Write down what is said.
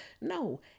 No